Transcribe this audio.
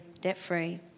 debt-free